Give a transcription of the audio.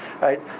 right